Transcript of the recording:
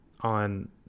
on